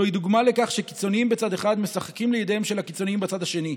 זוהי דוגמה לכך שקיצונים בצד אחד משחקים לידיהם של הקיצונים בצד השני.